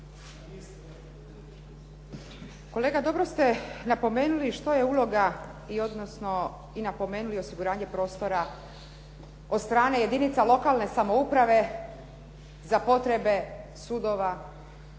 Kolega, dobro ste napomenuli što je uloga i odnosno i napomenuli osiguranje prostora od strane jedinica lokalne samouprave za potrebe sudova